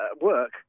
work